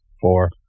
Four